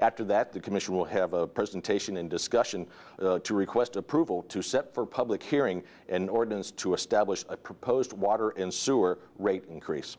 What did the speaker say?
after that the commission will have a presentation and discussion to request approval to set for a public hearing and ordinance to establish a proposed water and sewer rate increase